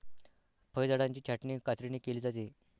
फळझाडांची छाटणी कात्रीने केली जाते